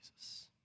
Jesus